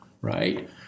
right